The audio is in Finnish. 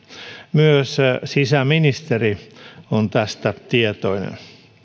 myös sisäministeri on tästä tietoinen